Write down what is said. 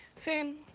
fin,